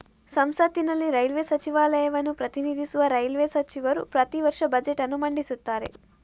ಸಂಸತ್ತಿನಲ್ಲಿ ರೈಲ್ವೇ ಸಚಿವಾಲಯವನ್ನು ಪ್ರತಿನಿಧಿಸುವ ರೈಲ್ವೇ ಸಚಿವರು ಪ್ರತಿ ವರ್ಷ ಬಜೆಟ್ ಅನ್ನು ಮಂಡಿಸುತ್ತಾರೆ